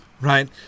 right